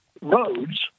roads